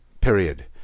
Period